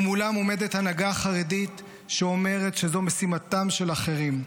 ומולם עומדת הנהגה חרדית שאומרת שזו משימתם של אחרים,